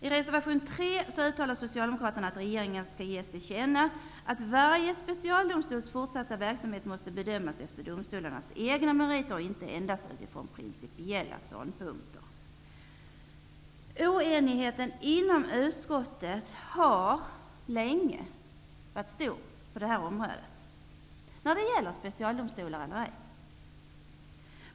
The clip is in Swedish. I reservation 3 yrkar Socialdemokraterna att till regeringen skall ges till känna, att varje specialdomstols fortsatta verksamhet måste bedömas efter domstolens egna meriter och inte endast från principiella ståndpunkter. Oenigheten inom utskottet har länge varit stor i frågan om vi skall ha specialdomstolar eller ej.